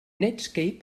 netscape